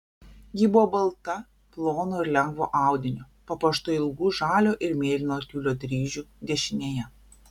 ji buvo balta plono ir lengvo audinio papuošta ilgu žalio ir mėlyno tiulio dryžiu dešinėje